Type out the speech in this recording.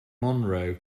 monroe